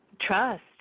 trust